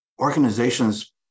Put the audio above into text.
organizations